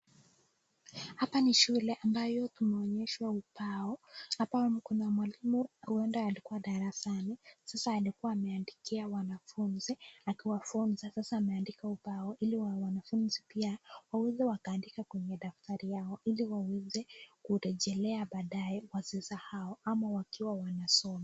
Hapa ni shule ambayo tumeonyeshwa upao. Hapa mko na mwalimu huenda alikuwa darasani. Sasa alikuwa ameandikia wanafunzi akiwafunza. Sasa ameandika upao ili wale wanafunzi pia waweze wakaandika kwenye daftari yao ili waweze kurejelea baadaye wasisahau ama wakiwa wanasoma.